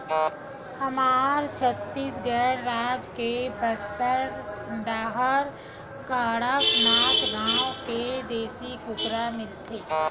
हमर छत्तीसगढ़ राज के बस्तर डाहर कड़कनाथ नाँव के देसी कुकरा मिलथे